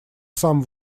сам